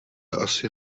asi